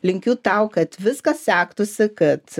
linkiu tau kad viskas sektųsi kad